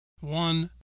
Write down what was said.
One